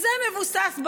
זה מבוסס,